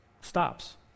stops